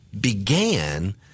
began